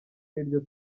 n’iryo